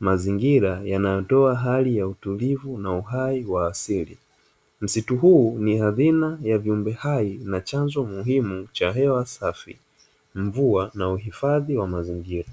mazingira yanayotoa hali ya utulivu na uhai wa asili. Msitu huu ni hazina ya viumbe hai na chanzo muhimu cha hewa safi, mvua na uhifadhi wa mazingira.